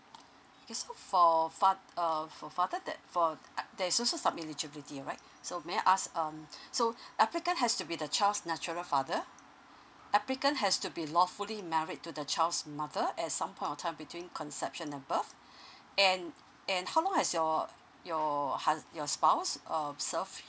okay for fath~ uh for father that for there's also some eligibility alright so may I ask um so applicant has to be the child's natural father applicant has to be lawfully married to the child's mother at some point of time between conception and birth and and how long has your your hus~ your spouse um serve